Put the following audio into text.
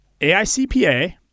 AICPA